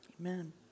Amen